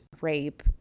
rape